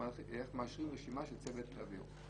איך מאשרים רשימה של צוות אוויר.